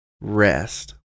rest